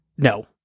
No